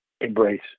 embrace